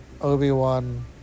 Obi-Wan